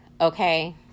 Okay